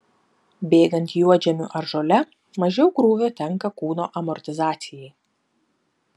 bėgant juodžemiu ar žole mažiau krūvio tenka kūno amortizacijai